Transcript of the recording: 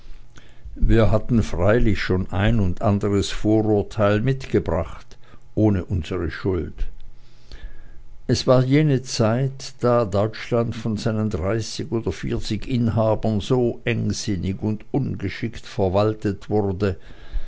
wir hauen freilich schon ein und anderes vorurteil mitgebracht ohne unsere schuld es war jene zeit da deutschland von seinen dreißig oder vierzig inhabern so eng sinnig und ungeschickt verwaltet wurde